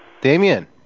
Damien